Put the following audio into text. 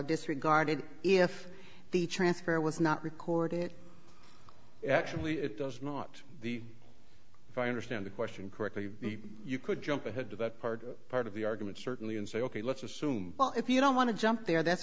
disregarded if the transfer was not recorded actually it does not the if i understand the question correctly you could jump ahead to that part part of the argument certainly and say ok let's assume well if you don't want to jump there that's